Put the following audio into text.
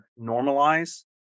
normalize